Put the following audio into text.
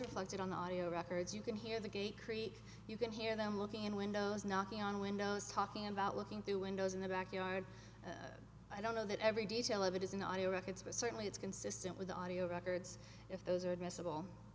reflected on the audio records you can hear the gate creek you can hear them looking in windows knocking on windows talking about looking through windows in the backyard i don't know that every detail of it is an audio records but certainly it's consistent with the audio records if those are